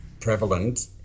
prevalent